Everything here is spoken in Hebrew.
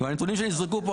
הנתונים שנזרקו כאן,